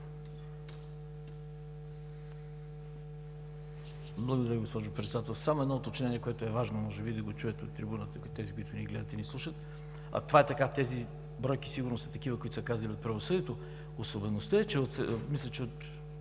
Благодаря, госпожо Председател. Само едно уточнение, което е важно, може би да го чуят от трибуната тези, които ни гледат и ни слушат. Това е така, тези бройки сигурно са такива, каквито са казани от правосъдието. Особеността е,